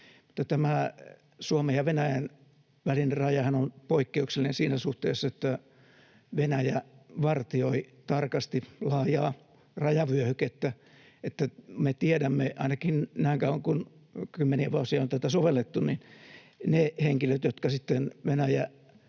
Suomen ja Venäjän välinen rajahan on poikkeuksellinen siinä suhteessa, että Venäjä vartioi tarkasti laajaa rajavyöhykettä, ja me tiedämme, ainakin näin kauan kuin, kymmeniä vuosia, on tätä sovellettu, että ne henkilöt, jotka sitten